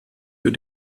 für